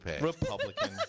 Republican